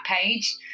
page